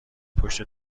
پشت